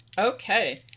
Okay